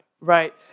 Right